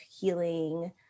healing